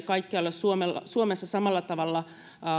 kaikkialla suomessa suomessa samalla tavalla